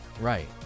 Right